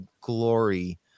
glory